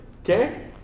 Okay